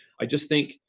i just think,